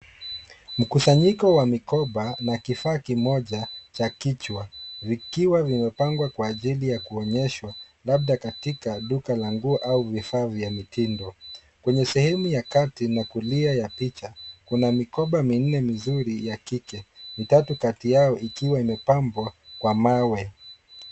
Mkusanyiko wa mikoba na kifaa kimoja cha kichwa vikiwa vimepangwa kwa ajili ya kuonyeshwa labda katika duka la nguo au vifaa vya mitindo. Kwenye sehemu ya kati na kulia ya picha kuna mikoba minne mizuri ya kike. Vitatu kati yao ikiwa imepambwa kwa mawe.